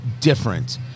different